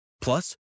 Plus